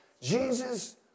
Jesus